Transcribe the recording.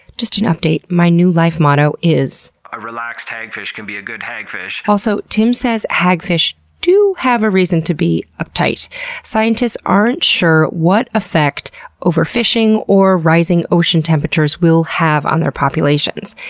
just an update, my new life motto is a relaxed hagfish can be a good hagfish also, tim says hagfish do have a reason to be uptight scientists aren't sure what effect overfishing or rising ocean temperatures will have on their populations.